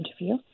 interview